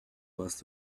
warst